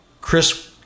Chris